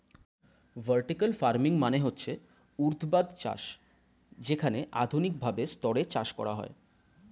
vertical farming মানে হচ্ছে ঊর্ধ্বাধ চাষ যেখানে আধুনিক ভাবে স্তরে চাষ করা হয়